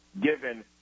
given